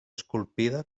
esculpida